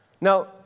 Now